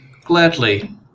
Gladly